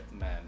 men